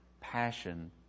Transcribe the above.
passion